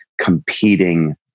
competing